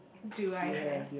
do I have